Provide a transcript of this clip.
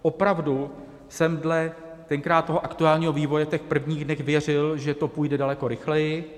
Opravdu jsem dle tenkrát aktuálního vývoje v prvních dnech věřil, že to půjde daleko rychleji.